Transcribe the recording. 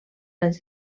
anys